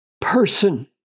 person